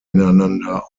ineinander